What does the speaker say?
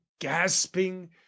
gasping